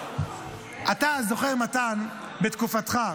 אתה זוכר מתן, בתקופתך,